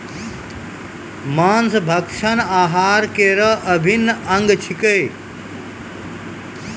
मांस भक्षण आहार केरो अभिन्न अंग छिकै